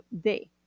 day